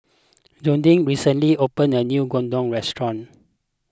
Jodie recently opened a new Gyudon restaurant